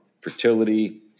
fertility